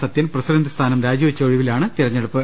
Sathyan president സ്ഥാനം രാജിവെച്ച ഒഴിവിലാണ് തെരഞ്ഞെടുപ്പ്